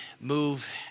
move